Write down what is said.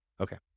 Okay